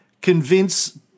convince